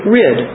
rid